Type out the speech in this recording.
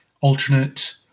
alternate